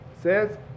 says